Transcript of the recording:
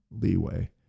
leeway